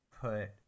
put